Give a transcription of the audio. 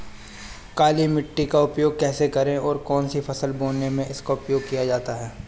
काली मिट्टी का उपयोग कैसे करें और कौन सी फसल बोने में इसका उपयोग किया जाता है?